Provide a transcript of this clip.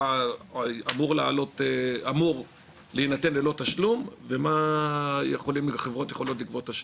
אמור להינתן ללא תשלום ובאלו מקרים החברות יכולות לגבות תשלום.